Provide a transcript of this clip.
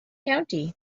county